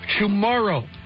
tomorrow